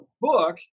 book